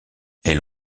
elle